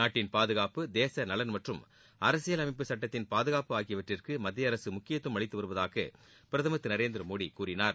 நாட்டின் பாதுகாப்பு தேசநலன் மற்றும் அரசியல் அமைப்பு சட்டத்தின் பாதுகாப்பு ஆகியவற்றிற்கு மத்திய அரசு முக்கியத்துவம் அளித்து வருவதாக பிரதமர் திரு நரேந்திரமோடி கூறினார்